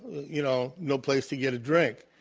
you know, no place to get a drink.